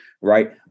right